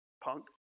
punk